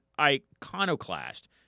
iconoclast